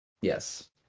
Yes